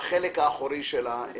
בחלק האחורי של האוטובוס.